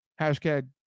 hashtag